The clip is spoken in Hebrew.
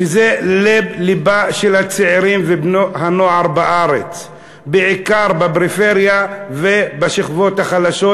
שזה לב-לבם של הצעירים ובני-הנוער בארץ בעיקר בפריפריה ובשכבות החלשות,